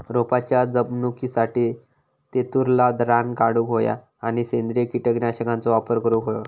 रोपाच्या जपणुकीसाठी तेतुरला रान काढूक होया आणि सेंद्रिय कीटकनाशकांचो वापर करुक होयो